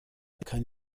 kann